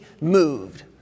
moved